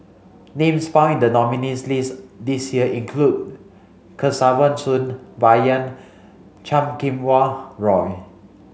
names found the nominees' list this year include Kesavan Soon Bai Yan Chan Kum Wah Roy